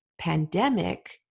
pandemic